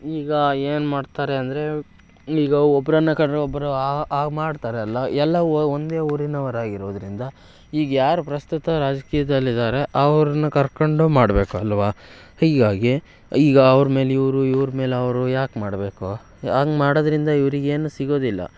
ಈಗ ಏನು ಮಾಡ್ತಾರೆ ಅಂದರೆ ಈಗ ಒಬ್ರನ್ನು ಕಂಡರೆ ಒಬ್ಬರು ಆಗ ಮಾಡ್ತಾರಲ್ಲ ಎಲ್ಲ ವ ಒಂದೇ ಊರಿನವರಾಗಿರೋದರಿಂದ ಈಗ ಯಾರು ಪ್ರಸ್ತುತ ರಾಜಕೀಯದಲ್ಲಿದ್ದಾರೆ ಅವ್ರನ್ನ ಕರ್ಕೊಂಡು ಮಾಡಬೇಕು ಅಲ್ಲವಾ ಹೀಗಾಗಿ ಈಗ ಅವ್ರ ಮೇಲೆ ಇವರು ಇವ್ರ ಮೇಲೆ ಅವರು ಯಾಕೆ ಮಾಡಬೇಕು ಹಂಗ್ ಮಾಡೋದ್ರಿಂದ ಇವ್ರಿಗೇನೂ ಸಿಗೋದಿಲ್ಲ